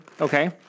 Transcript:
Okay